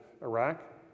Iraq